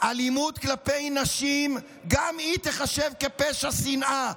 שאלימות כלפי נשים תיחשב גם היא כפשע שנאה.